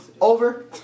over